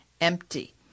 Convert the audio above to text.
empty